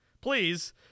Please